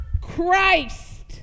Christ